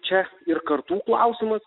čia ir kartų klausimas